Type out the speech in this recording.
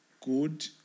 good